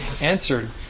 answered